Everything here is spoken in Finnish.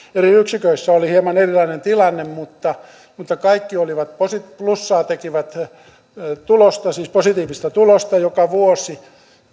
eri yksiköissä oli hieman erilainen tilanne mutta mutta kaikki tekivät positiivista tulosta joka vuosi